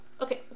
Okay